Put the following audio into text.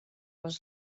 les